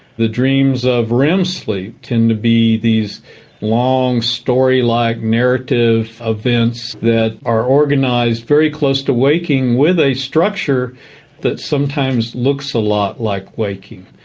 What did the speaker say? the dreams of rem sleep tend to be these long, story-like narrative events that are organised very close to waking with a structure that sometimes looks a lot like waking.